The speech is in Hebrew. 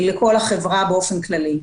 היא לכל החברה באופן כללי,